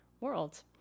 world